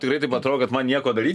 tikrai taip atro kad man nieko daryt